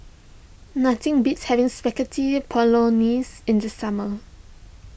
nothing beats having Spaghetti Bolognese in the summer